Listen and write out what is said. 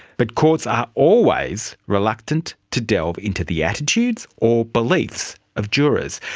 but courts are always reluctant to delve into the attitudes or beliefs of jurors.